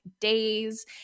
days